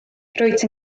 rwyt